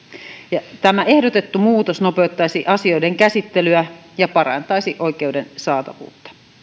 tämä ehdotettu muutos nopeuttaisi asioiden käsittelyä ja parantaisi oikeuden saatavuutta